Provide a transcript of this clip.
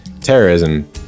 terrorism